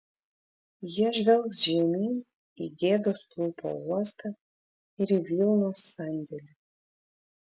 jie žvelgs žemyn į gėdos stulpo uostą ir į vilnos sandėlį